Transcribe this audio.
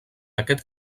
aquest